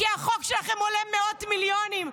כי החוק שלכם עולה מאות מיליונים,